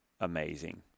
amazing